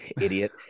idiot